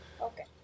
Okay